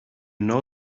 know